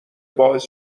باعث